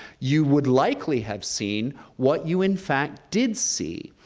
you would likely have seen what you in fact did see.